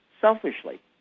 selfishly